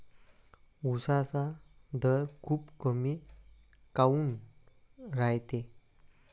उसाचा दर खूप कमी काऊन रायते?